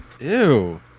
Ew